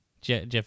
Jeff